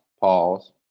pause